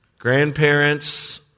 grandparents